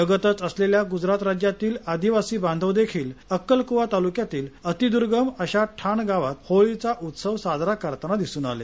लगतच असलेल्या गुजरात राज्यातील आदिवासी बांधव देखील अक्कलकुवा तालुक्यातील अतिर्द्गम अशा ठाण गावात होळीचा उत्सव साजरा करताना दिसून आले